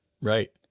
Right